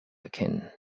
erkennen